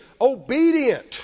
Obedient